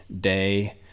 day